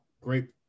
great